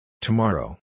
Tomorrow